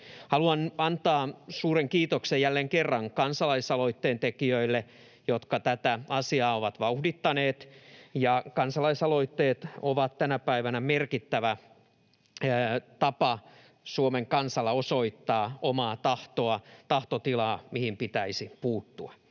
Haluan antaa suuren kiitoksen jälleen kerran kansalaisaloitteen tekijöille, jotka tätä asiaa ovat vauhdittaneet. Kansalaisaloitteet ovat tänä päivänä Suomen kansalla merkittävä tapa osoittaa omaa tahtoa, tahtotilaa siitä, mihin pitäisi puuttua.